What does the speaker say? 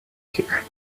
here